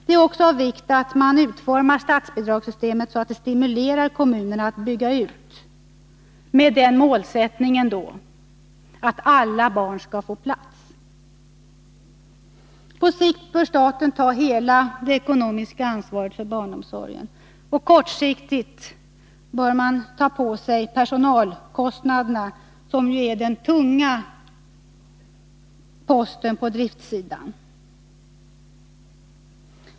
Det är också av vikt att statsbidragssystemet utformas så, att det stimulerar kommunerna att bygga ut barnomsorgen med målsättningen att alla barn skall få plats. På sikt bör staten ta hela det ekonomiska ansvaret för barnomsorgen. Kortsiktigt bör staten svara för personalkostnaderna, som ju är den tunga posten på driftsidan.